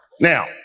Now